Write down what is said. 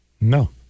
No